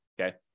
Okay